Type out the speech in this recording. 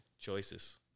choices